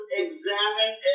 examine